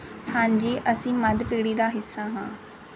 ਹਾਂਜੀ ਅਸੀਂ ਮੱਧ ਪੀੜ੍ਹੀ ਦਾ ਹਿੱਸਾ ਹਾਂ